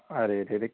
ارے رے رک